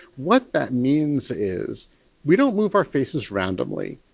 what that means is we don't move our faces randomly,